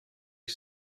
you